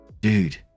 dude